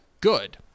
good